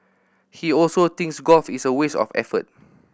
he also thinks golf is a waste of effort